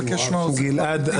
נבקש מהעוזרים טישו.